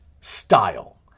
style